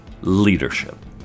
leadership